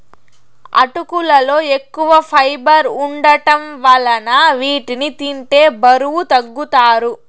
అటుకులలో ఎక్కువ ఫైబర్ వుండటం వలన వీటిని తింటే బరువు తగ్గుతారు